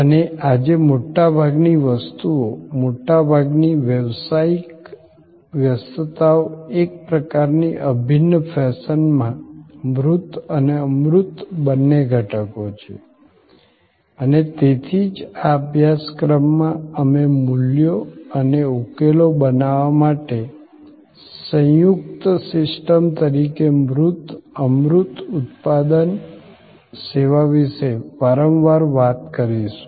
અને આજે મોટાભાગની વસ્તુઓ મોટાભાગની વ્યવસાયિક વ્યસ્તતાઓ એક પ્રકારની અભિન્ન ફેશનમાં મૂર્ત અને અમૂર્ત બંને ઘટકો છે અને તેથી જ આ અભ્યાસક્રમમાં અમે મૂલ્યો અને ઉકેલો બનાવવા માટે સંયુક્ત સિસ્ટમ તરીકે મૂર્ત અમૂર્ત ઉત્પાદન સેવા વિશે વારંવાર વાત કરીશું